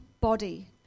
body